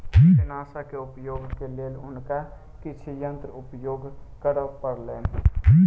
कीटनाशकक उपयोगक लेल हुनका किछ यंत्र उपयोग करअ पड़लैन